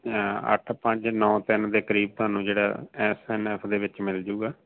ਅੱਠ ਪੰਜ ਨੌ ਤਿੰਨ ਦੇ ਕਰੀਬ ਤੁਹਾਨੂੰ ਜਿਹੜਾ ਐਸ ਐਮ ਐਫ ਦੇ ਵਿੱਚ ਮਿਲ ਜੂਗਾ